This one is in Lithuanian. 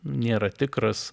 nėra tikras